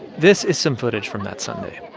this is some footage from that sunday.